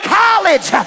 college